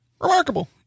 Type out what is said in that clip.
Remarkable